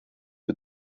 für